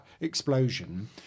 explosion